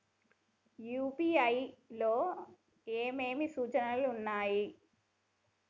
UPI లో ఏమేమి సూచనలు ఉన్నాయి?